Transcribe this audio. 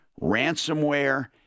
ransomware